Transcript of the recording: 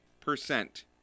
percent